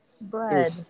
Bread